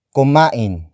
Kumain